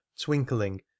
twinkling